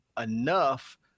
enough